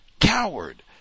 Coward